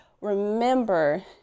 remember